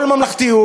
כל ממלכתיות.